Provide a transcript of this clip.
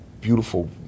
beautiful